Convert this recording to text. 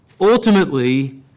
Ultimately